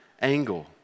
angle